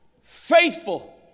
faithful